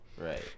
Right